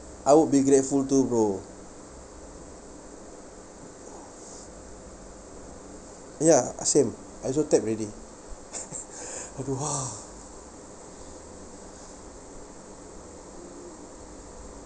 I would be grateful too bro ya ah same I also type already